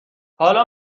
حالا